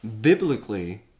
biblically